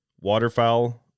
waterfowl